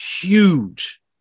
huge